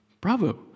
Bravo